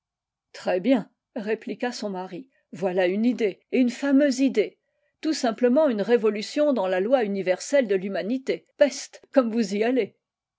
pas très-bien répliqua son mari voilà une idée et une fameuse idée tout simplement une révolution dans la loi universelle de l'humanité peste comme vous y allez